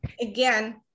Again